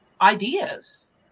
ideas